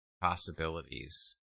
possibilities